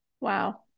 Wow